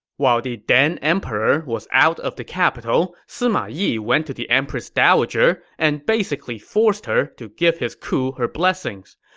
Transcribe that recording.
while the then emperor was out of the capital, sima yi went to the empress dowager and basically forced her to give his coup her blessings.